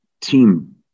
team